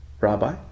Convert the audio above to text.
rabbi